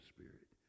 Spirit